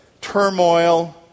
turmoil